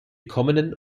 kommenden